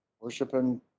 worshiping